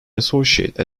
associate